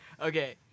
Okay